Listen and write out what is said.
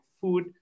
food